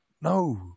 No